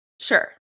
sure